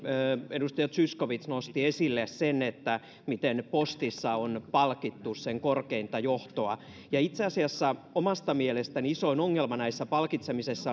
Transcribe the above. edustaja zyskowicz nosti esille sen miten postissa on palkittu sen korkeinta johtoa itse asiassa omasta mielestäni isoin ongelma näissä palkitsemisissa